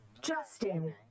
Justin